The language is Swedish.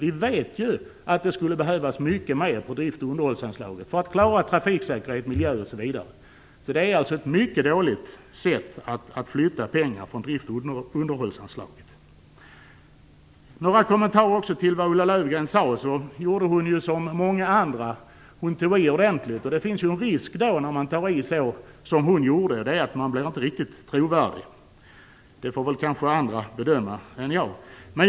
Vi vet att det skulle behövas mycket mer på drift och underhållsanslaget för att klara trafiksäkerhet, miljö osv. Att flytta pengar från drift och underhållsanslaget är ett mycket dåligt sätt. Jag vill också göra några kommentarer till det Ulla Löfgren sade. Hon gjorde som många andra: Hon tog i ordentligt. När man tar i som hon gjorde finns det en risk att man inte blir riktigt trovärdig. Det får kanske andra än jag bedöma.